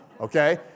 Okay